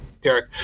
Derek